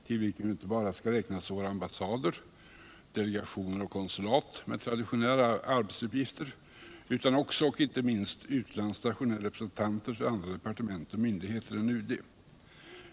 Till denna skall inte bara räknas våra ambassader, delegationer och konsulat med traditionella arbetsuppgifter, utan också och inte minst utlandsstationerade representanter för andra departement eller myndigheter än UD.